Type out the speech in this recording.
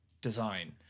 design